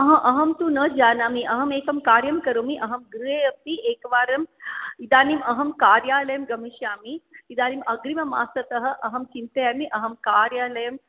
अहं तु न जानामि अहमेकं कार्यं करोमि अहं गृहे अपि एकवारम् इदानीम् अहं कार्यालयं गमिष्यामि इदानीम् अग्रिममासतः अहं चिन्तयामि अहं कार्यालयं